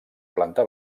planta